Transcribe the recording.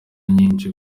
nyinshi